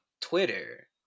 Twitter